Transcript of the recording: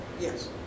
Yes